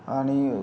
आणि